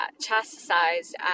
chastised